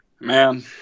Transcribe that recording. Man